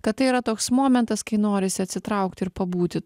kad tai yra toks momentas kai norisi atsitraukti ir pabūti